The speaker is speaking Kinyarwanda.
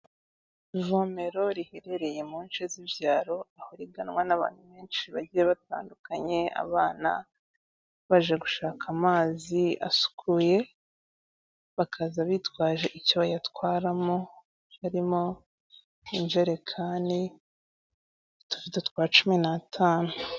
Ivomero riherereye mu nce z'ibyaro, aho riganwa n'abantu benshi bagiye batandukanye, abana, baje gushaka amazi asukuye, bakaza bitwaje icyo bayatwaramo harimo injerekani, utuvido twa cumi n'atanu.